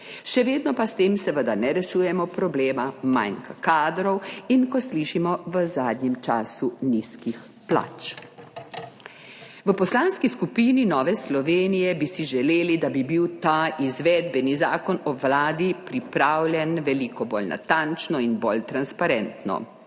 Še vedno pa s tem seveda ne rešujemo problema manj kadrov in ko slišimo v zadnjem času nizkih plač. V Poslanski skupini Nove Slovenije bi si želeli, da bi bil ta izvedbeni zakon o Vladi pripravljen veliko bolj natančno in bolj transparentno.